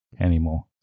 anymore